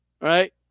right